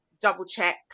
double-check